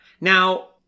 Now